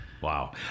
Wow